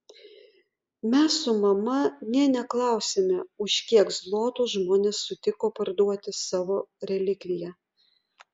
mes su mama nė neklausėme už kiek zlotų žmonės sutiko parduoti savo relikviją